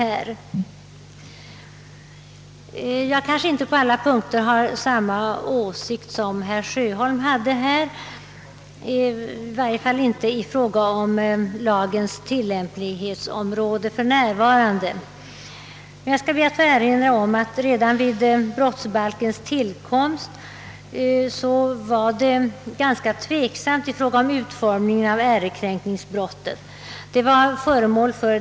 Jag har kanske inte på alla punkter samma åsikt som herr Sjöholm här gav uttryck åt, i varje fall inte i fråga om lagens tillämplighetsområde. Men jag vill erinra om att det redan vid brottsbalkens tillkomst var ganska tveksamt i fråga om utformningen av ärekränkningsbrotten.